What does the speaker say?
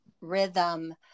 rhythm